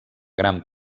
gran